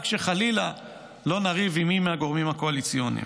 רק שחלילה לא נריב עם מי מהגורמים הקואליציוניים.